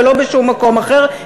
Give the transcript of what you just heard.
ולא בשום מקום אחר,